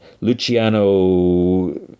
Luciano